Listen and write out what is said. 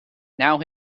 now